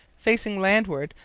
facing landward,